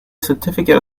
certificate